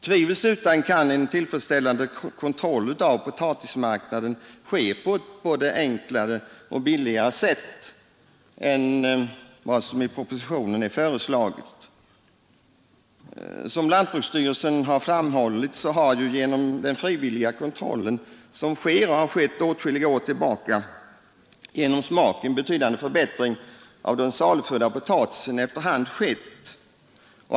Tvivelsutan kan en tillfredsställande kontroll av potatismarknaden ske på ett både enklare och billigare sätt än vad som är föreslaget i propositionen. Som lantbruksstyrelsen framhållit har genom den frivilliga kontroll som sker sedan åtskilliga år tillbaka en betydande förbättring av kvaliteten på den saluförda potatisen efter hand skett.